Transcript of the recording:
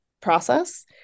process